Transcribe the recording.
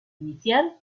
iniciar